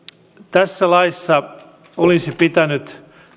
tässä laissa olisi pitänyt